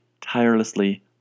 tirelessly